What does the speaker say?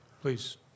Please